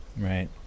right